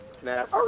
snap